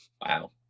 Wow